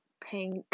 pink